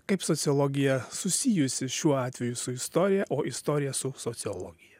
kaip sociologija susijusi šiuo atveju su istorija o istorija su sociologija